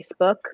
Facebook